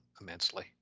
immensely